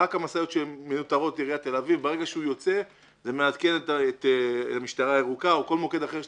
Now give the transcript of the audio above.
ברגע שהוא יוצא זה מעדכן את המשטרה הירוקה או כל מוקד אחר שתחליטו.